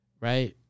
right